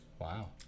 Wow